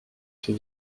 ses